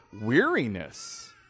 weariness